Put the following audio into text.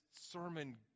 sermon